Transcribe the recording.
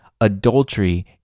Adultery